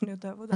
בתוכניות העבודה.